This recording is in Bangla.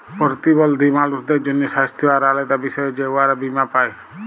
পরতিবল্ধী মালুসদের জ্যনহে স্বাস্থ্য আর আলেদা বিষয়ে যে উয়ারা বীমা পায়